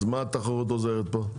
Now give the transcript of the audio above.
אז מה התחרות עוזרת פה?